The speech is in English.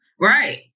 right